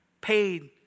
paid